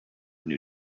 new